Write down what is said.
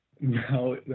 No